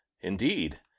Indeed